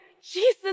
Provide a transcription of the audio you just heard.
jesus